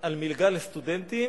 על מלגה לסטודנטים,